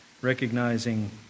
recognizing